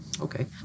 Okay